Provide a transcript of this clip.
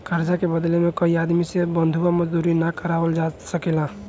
कर्जा के बदला में कोई आदमी से बंधुआ मजदूरी ना करावल जा सकेला